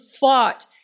fought